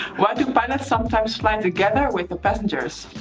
why do pilots sometimes fly together with the passengers?